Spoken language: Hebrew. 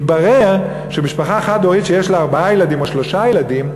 מתברר שמשפחה חד-הורית שיש לה ארבעה ילדים או שלושה ילדים,